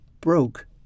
broke